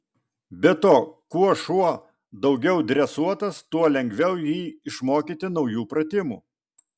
be to kuo šuo daugiau dresuotas tuo lengviau jį išmokyti naujų pratimų